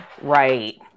Right